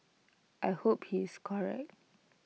I hope he is correct